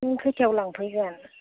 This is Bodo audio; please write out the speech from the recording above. नों खयथायाव लांफैगोन